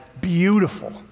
beautiful